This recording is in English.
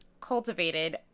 cultivated